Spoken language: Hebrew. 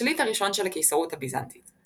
לשליט הראשון של הקיסרות הביזנטית.